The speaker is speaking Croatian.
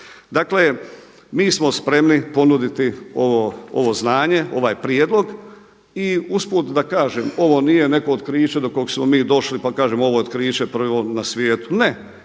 Dakle, mi smo spremni ponuditi ovo znanje, ovaj prijedlog i usput da kaže ovo nije neko otkriće do kog smo mi došli pa kažem ovo otkriće prvo na svijetu. Ne! Pa